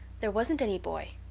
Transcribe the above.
there wasn't any boy,